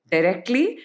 Directly